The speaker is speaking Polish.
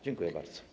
Dziękuję bardzo.